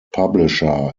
publisher